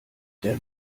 der